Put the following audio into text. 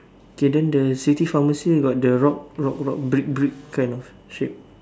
okay then the city pharmacy got the rock rock rock brick brick kind of shape